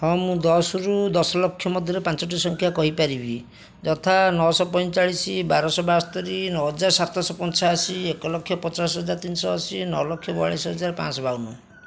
ହଁ ମୁଁ ଦଶରୁ ଦଶଲକ୍ଷ ମଧ୍ୟରେ ପାଞ୍ଚଟି ସଂଖ୍ୟା କହିପାରିବି ଯଥା ନଅଶହ ପଇଁଚାଳିଶ ବାରଶହ ବାସ୍ତୋରି ନଅହଜାର ସାତଶହ ପଞ୍ଚାଅଶୀ ଏକଲକ୍ଷ ପଚାଶହଜାର ତିନିଶହ ଅଶୀ ନଅଲକ୍ଷ ବୟାଳିଶହଜାର ପାଞ୍ଚଶହ ବାଉନ